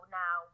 now